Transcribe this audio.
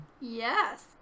Yes